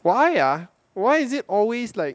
why ah why is it always like